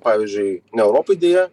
pavyzdžiui ne europoj deja